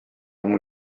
ammu